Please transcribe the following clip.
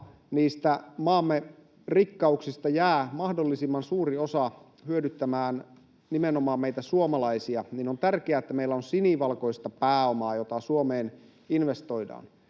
niistä maamme rikkauksista jää mahdollisimman suuri osa hyödyttämään nimenomaan meitä suomalaisia, niin on tärkeää, että meillä on sinivalkoista pääomaa, jota Suomeen investoidaan.